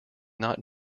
not